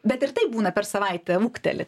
bet ir tai būna per savaitę ūgteli